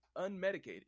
unmedicated